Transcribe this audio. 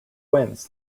wins